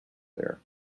there